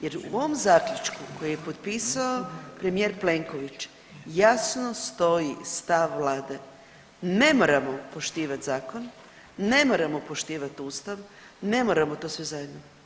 Jer u ovom Zaključku koji je potpisao premijer Plenković jasno stoji stav Vlade, ne moramo poštivati zakon, ne moramo poštivati Ustav, ne možemo to sve zajedno.